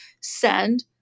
send